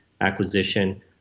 acquisition